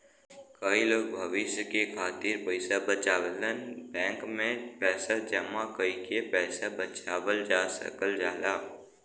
कई लोग भविष्य के खातिर पइसा बचावलन बैंक में पैसा जमा कइके पैसा बचावल जा सकल जाला